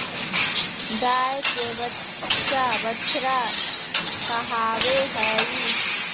गाय के बच्चा बछड़ा कहलावय हय